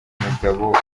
mugabo